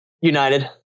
United